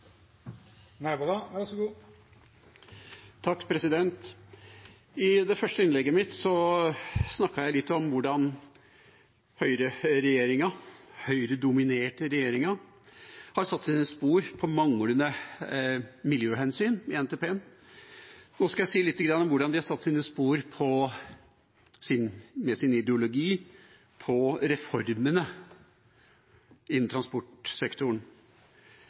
I det første innlegget mitt snakket jeg litt om hvordan høyreregjeringa, den Høyre-dominerte regjeringa, har satt sine spor på manglende miljøhensyn i NTP-en. Nå skal jeg si litt om hvordan de med sin ideologi har satt sine spor på